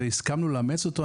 והסכמנו לאמץ אותו.